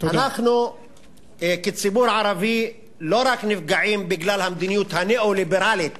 אנחנו כציבור ערבי לא רק נפגעים בגלל המדיניות הניאו-ליברלית